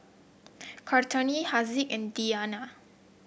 Kartini Haziq and Diyana